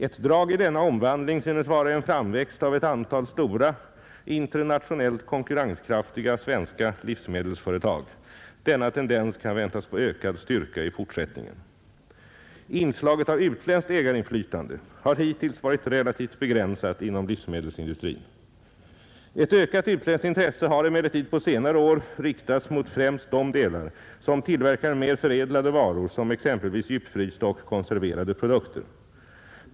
Ett drag i denna omvandling synes vara en framväxt av ett antal stora, internationellt konkurrenskraftiga svenska livsmedelsföretag. Denna tendens kan väntas få ökad styrka i fortsättningen. Inslaget av utländskt ägarinflytande har hittills varit relativt begränsat inom livsmedelsindustrin. Ett ökat utländskt intresse har emellertid på senare år riktats mot främst de delar som tillverkar mer förädlade varor som exempelvis djupfrysta och konserverade produkter.